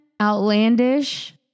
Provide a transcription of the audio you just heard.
outlandish